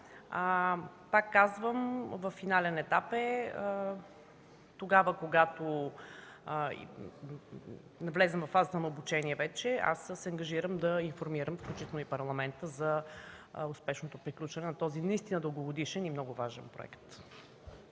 Пак казвам – във финален етап е. Тогава, когато навлезем във фазата на обучение, аз се ангажирам да информирам включително и Парламента за успешното приключване на този наистина дългогодишен и много важен проект.